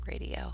Radio